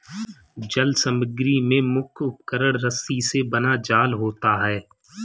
जल समग्री में मुख्य उपकरण रस्सी से बना जाल होता है